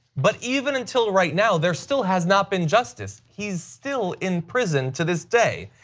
but even until right now there still has not been justice, he's still in prison to this day.